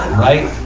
right.